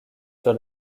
sur